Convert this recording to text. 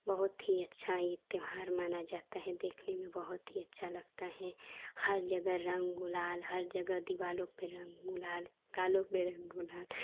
बहुत ही अच्छा यह त्योहार माना जाता है देखने में बहुत ही अच्छा लगता है हर जगह रंग गुलाल हर जगह दीवालों पर रंग गुलाल गालों पर रंग गुलाल